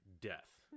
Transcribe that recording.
death